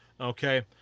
okay